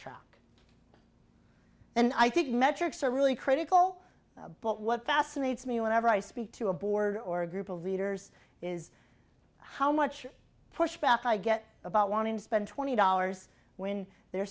track and i think metrics are really critical but what fascinates me whenever i speak to a board or a group of leaders is how much pushback i get about wanting to spend twenty dollars when they're